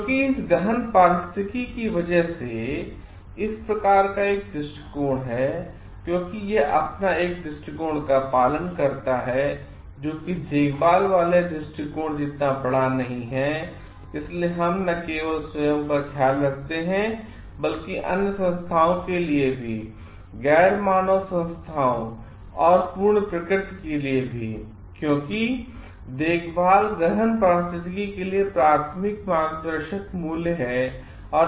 क्योंकि इस गहन पारिस्थितिकी की वजह सेइस प्रकारएक दृष्टिकोण हैक्योंकि यह अपना एक दृश्टिकोण का पालन करता है जो कि देखभाल वाले दृश्टिकोण जितना बड़ा नहीं है इसलिए हम न केवल स्वयं का ख्याल रखते हैं बल्कि अन्य संस्थाओं के लिए भी गैर मानव संथाओं और पूर्ण प्रकृति के लिए भी क्योंकि देखभाल गहन पारिस्थितिकी के लिए प्राथमिक मार्गदर्शक मूल्य है